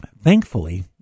thankfully